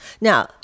Now